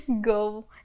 go